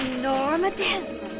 norma desmond!